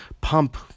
pump